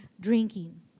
drinking